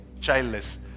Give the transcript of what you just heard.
childless